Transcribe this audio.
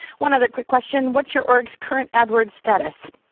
one other quick question, what's your org's current adwords status?